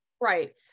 right